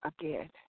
again